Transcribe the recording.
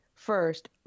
First